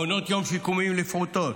מעונות יום שיקומיים לפעוטות,